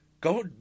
Go